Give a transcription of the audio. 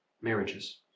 marriages